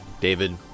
David